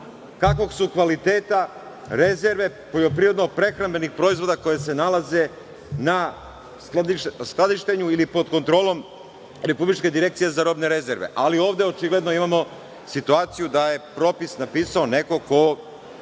kakvog su kvaliteta rezerve poljoprivredno-prehrambenih proizvoda koje se nalaze na skladištenju ili pod kontrolom Republičke direkcije za robne rezerve. Ali, ovde očigledno imamo situaciju da je propis napisao neko ko